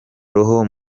roho